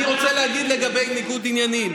אני רוצה להגיד על ניגוד עניינים